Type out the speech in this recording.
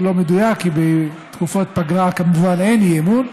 זה לא מדויק, כמובן, כי בתקופות פגרה אין אי-אמון,